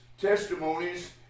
testimonies